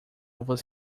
você